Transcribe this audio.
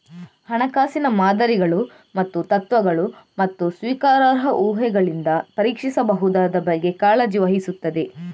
ಹಣಕಾಸಿನ ಮಾದರಿಗಳು ಮತ್ತು ತತ್ವಗಳು, ಮತ್ತು ಸ್ವೀಕಾರಾರ್ಹ ಊಹೆಗಳಿಂದ ಪರೀಕ್ಷಿಸಬಹುದಾದ ಬಗ್ಗೆ ಕಾಳಜಿ ವಹಿಸುತ್ತದೆ